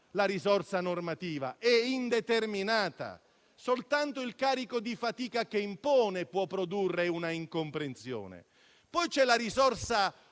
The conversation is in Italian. la risorsa normativa non costa: è indeterminata. Soltanto il carico di fatica che impone può produrre una incomprensione. Poi c'è la risorsa